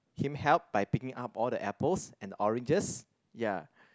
him help by picking up all the apples and oranges ya